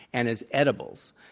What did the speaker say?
and as edibles,